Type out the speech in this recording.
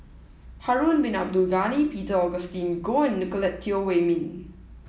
Harun Bin Abdul Ghani Peter Augustine Goh and Nicolette Teo Wei Min